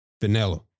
vanilla